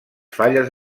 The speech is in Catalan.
falles